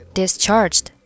discharged